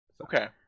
okay